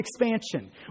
expansion